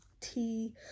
tea